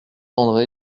andré